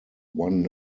one